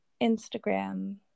instagram